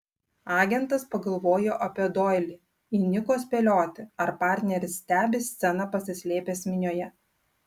agentas pagalvojo apie doilį įniko spėlioti ar partneris stebi sceną pasislėpęs minioje